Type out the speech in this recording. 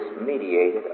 mediated